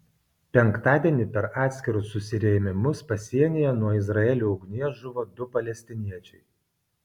penktadienį per atskirus susirėmimus pasienyje nuo izraelio ugnies žuvo du palestiniečiai